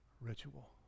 ritual